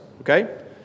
okay